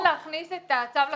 הרעיון להכניס את הצו לתוספת?